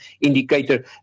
indicator